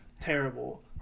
Terrible